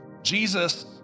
Jesus